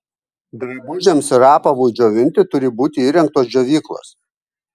drabužiams ir apavui džiovinti turi būti įrengtos džiovyklos